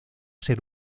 ser